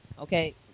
Okay